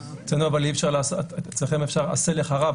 אצלכם אפשר עשה לך רב.